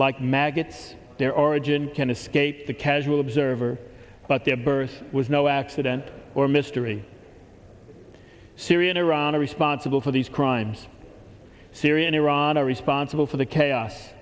like maggots their origin can escape the casual observer but their birth was no accident or mystery syria and iran are responsible for these crimes syria and iran are responsible for the chaos